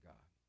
God